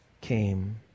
came